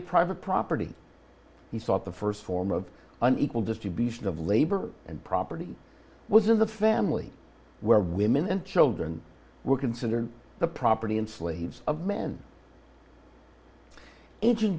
of private property he thought the first form of unequal distribution of labor and property was in the family where women and children were considered the property and slaves of men ancient